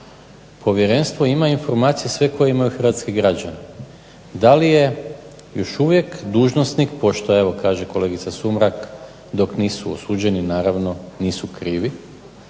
Povjerenstvo ima informacije sve koje imaju hrvatski građani. Da li je još uvijek dužnosnik, pošto evo kaže kolegica Sumrak dok nisu osuđeni naravno nisu krivi,